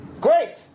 great